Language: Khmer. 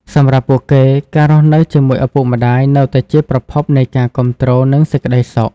សម្រាប់ពួកគេ ការរស់នៅជាមួយឪពុកម្តាយនៅតែជាប្រភពនៃការគាំទ្រ និងសេចក្តីសុខ។